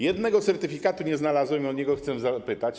Jednego certyfikatu nie znalazłem i o niego chcę zapytać.